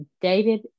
David